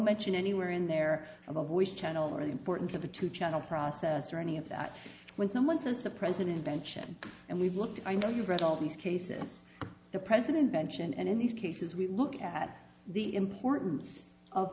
mention anywhere in there of a voice channel or the importance of a two channel process or any of that when someone says the president pension and we've looked i know you've read all these cases the president mentioned and in these cases we look at the importance of